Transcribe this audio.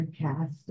cast